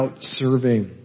serving